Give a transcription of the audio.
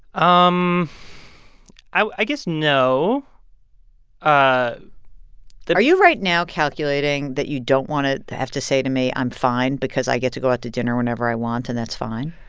um i guess no ah are you right now calculating that you don't want to to have to say to me i'm fine because i get to go out to dinner whenever i want and that's fine?